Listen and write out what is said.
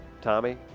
Tommy